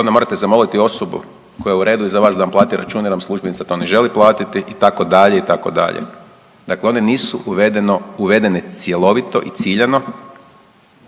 onda morate zamoliti osobu koja je u redu iza vas da vam plati račun jer vam službenica to ne želi platiti itd. itd., dakle one nisu uvedene cjelovito i ciljano.